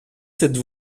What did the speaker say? cette